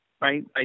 right